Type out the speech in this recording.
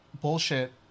bullshit